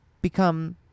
become